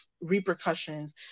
repercussions